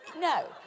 No